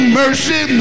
mercy